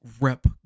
rep